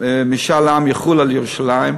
משאל עם יחול על ירושלים,